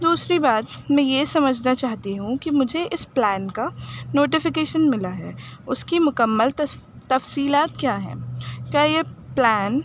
دوسری بات میں یہ سمجھنا چاہتی ہوں کہ مجھے اس پلان کا نوٹیفیکیشن ملا ہے اس کی مکمل تفصیلات کیا ہیں کیا یہ پلان